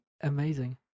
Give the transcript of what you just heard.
Amazing